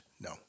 No